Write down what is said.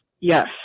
Yes